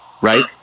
right